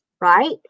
Right